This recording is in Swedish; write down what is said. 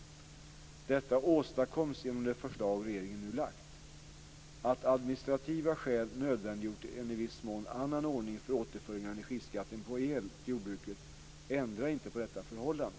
Detta åstadkoms genom det förslag regeringen nu lagt. Att administrativa skäl nödvändiggjort en i viss mån annan ordning för återföringen av energiskatten på el till jordbruket ändrar inte på detta förhållande.